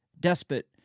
despot